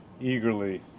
eagerly